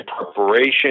preparation